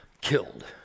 killed